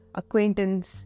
acquaintance